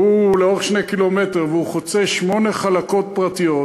והוא לאורך 2 קילומטר והוא חוצה שמונה חלקות פרטיות,